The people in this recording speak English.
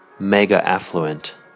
Mega-affluent